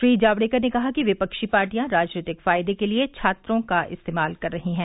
श्री जावड़ेकर ने कहा कि विपक्षी पार्टियां राजनीतिक फायदे के लिए छात्रों का इस्तेमाल कर रही हैं